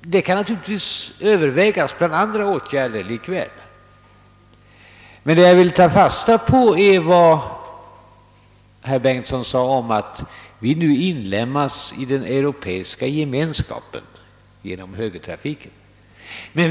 det är naturligtvis en åtgärd som kan övervägas bland andra åtgärder. Jag tar emellertid fasta på vad herr Bengtson sade om att vi nu inlemmas i den europeiska gemenskapen genom högertrafiken.